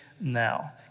now